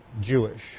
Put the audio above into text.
Jewish